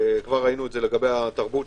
כבר ראינו את זה לגבי התרבות,